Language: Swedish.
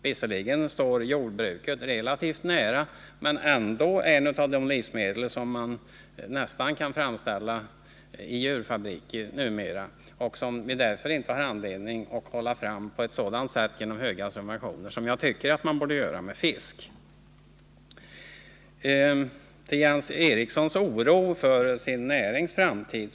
Fläsket är ju ett av de livsmedel som man numera nästan kan framställa i djurfabriker, och därför har vi inte anledning att subventionera fläsk lika mycket som fisk. Jens Eriksson hyser oro för sin närings framtid.